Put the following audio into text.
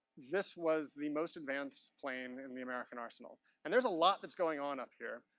this was the most advanced plane in the american arsenal. and there's a lot that's going on up here.